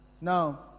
Now